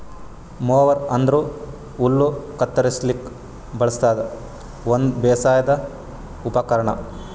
mower ಅಂದ್ರ ಹುಲ್ಲ್ ಕತ್ತರಸ್ಲಿಕ್ ಬಳಸದ್ ಒಂದ್ ಬೇಸಾಯದ್ ಉಪಕರ್ಣ್